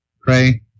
pray